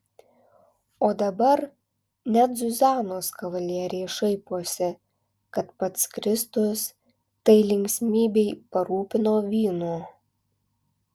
o dabar net zuzanos kavalieriai šaiposi kad pats kristus tai linksmybei parūpino vyno